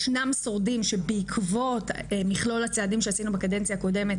ישנם שורדים שבעקבות מכלול הצעדים שעשינו בקדנציה הקודמת